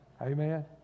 Amen